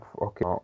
okay